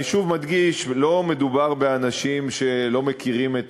אני שוב מדגיש: לא מדובר באנשים שלא מכירים את